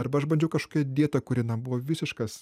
arba aš bandžiau kažkokią dietą kuri na buvo visiškas